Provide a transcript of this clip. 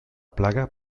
plaga